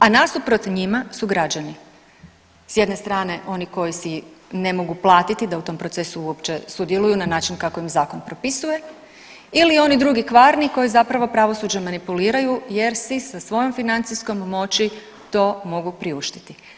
A nasuprot njima su građani, s jedne strane oni koji si ne mogu platiti da u tom procesu uopće sudjeluju na način kako im zakon propisuje ili oni drugi kvarni koji zapravo pravosuđem manipuliraju jer si sa svojom financijskom moći to mogu priuštiti.